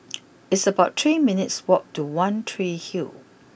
it's about three minutes' walk to one Tree Hill